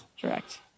Correct